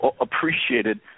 appreciated